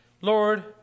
Lord